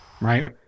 right